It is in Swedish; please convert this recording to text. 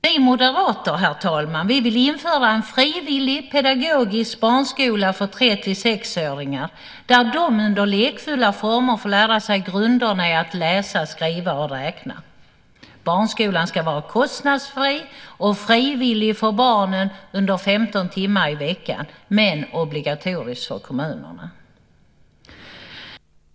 Vi moderater, herr talman, vill införa en frivillig, pedagogisk barnskola för 3-6-åringar där de under lekfulla former får lära sig grunderna i att läsa, skriva och räkna. Barnskolan ska vara kostnadsfri och frivillig för barnen under 15 timmar i veckan men obligatorisk för kommunerna.